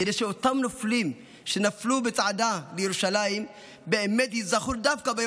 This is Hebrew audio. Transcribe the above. כדי שאותם נופלים שנפלו בצעדה לירושלים באמת ייזכרו דווקא ביום